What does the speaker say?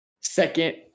Second